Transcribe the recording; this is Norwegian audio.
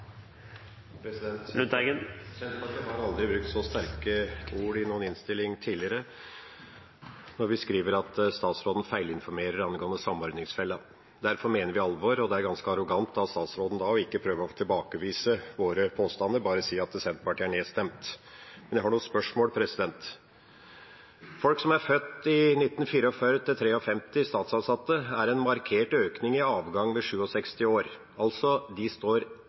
sterke ord i noen innstilling tidligere som når vi skriver at statsråden feilinformerer angående samordningsfella. Derfor mener vi alvor, og det er ganske arrogant av statsråden ikke å prøve å tilbakevise våre påstander, men bare sier at Senterpartiet er nedstemt. Men jeg har noen spørsmål. For statsansatte som er født 1944–1953, er det en markert økning i avgang ved 67 år, de står altså kortere tid i jobb. Når det gjelder folk født etter 1963, sier regjeringspartiene: «vil insentivene i de